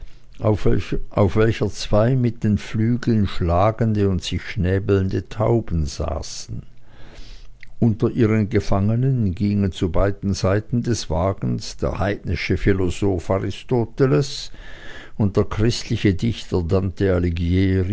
weltkugel auf welcher zwei mit den flügeln schlagende und sich schnäbelnde tauben saßen unter ihren gefangenen gingen zu beiden seiten des wagens der heidnische philosoph aristoteles und der christliche dichter dante